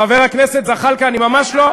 חבר הכנסת זחאלקה, אני ממש לא,